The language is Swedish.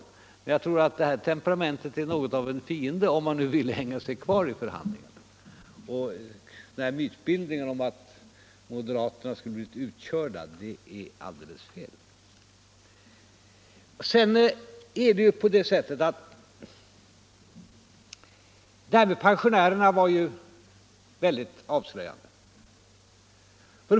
Men jag tror att det temperamentet är något av en fiende, om han nu ville hänga sig kvar vid förhandlingarna. Mytbildningen om att moderaterna skulle ha blivit utkörda är alldeles fel. Detta med pensionärerna var väldigt avslöjande.